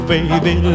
Baby